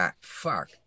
Fuck